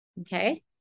Okay